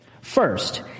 First